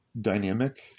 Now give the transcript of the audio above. dynamic